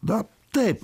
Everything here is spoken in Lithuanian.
na taip